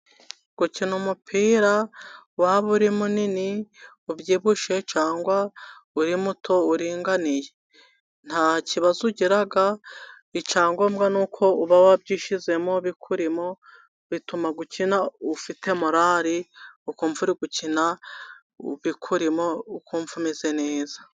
Gukina umupira waba uri munini, ubyibushye, cyangwa uri muto uringaniye, ntakibazo ugira. Icyagombwa ni uko uba wabyishyizemo bikurimo, bituma ukina ufite morali, ukumva uri gukina bikurimo, ukumva umeze neza.